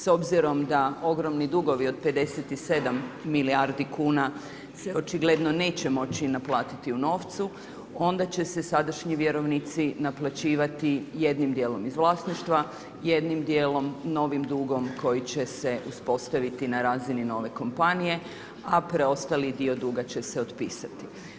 S obzirom da ogromni dugovi od 57 milijardi kuna se očigledno neće moći naplatiti u novcu, onda će se sadašnji vjerovnici naplaćivati jednim dijelom iz vlasništva, jednim dijelom novim dugom koji će se uspostaviti na razini nove kompanije, a preostali dio duga otpisati.